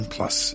Plus